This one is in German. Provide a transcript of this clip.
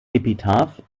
epitaph